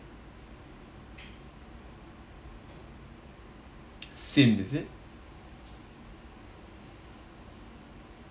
sin is it